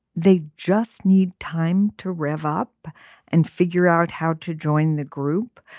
they just need time to rev up and figure out how to join the group.